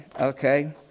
Okay